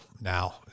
now